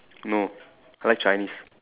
no I like Chinese